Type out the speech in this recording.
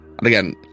again